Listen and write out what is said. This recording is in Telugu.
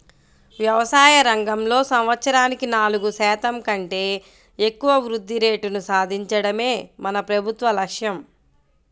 వ్యవసాయ రంగంలో సంవత్సరానికి నాలుగు శాతం కంటే ఎక్కువ వృద్ధి రేటును సాధించడమే మన ప్రభుత్వ లక్ష్యం